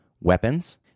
weapons